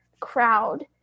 crowd